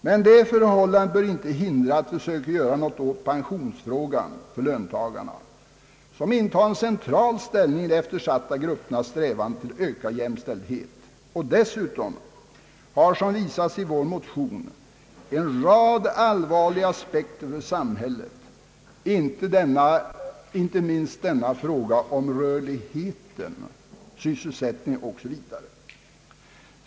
Men detta förhållande bör inte hindra att vi söker göra något åt pensionsfrågan för löntagarna. Denna fråga intar en central ställning i de eftersatta gruppernas strävanden till ökad jämställdhet, och den har dessutom — som visats i vår motion — en rad allvarliga aspekter för samhället. Här kommer inte minst frågan om rörligheten, sysselsättningen osv. in i bilden.